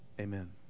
amen